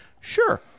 sure